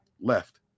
left